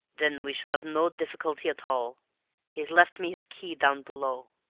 then we shall have no difficulty at all. he's left me his key down below.